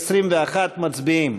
מערך הגיור, לשנת הכספים 2017,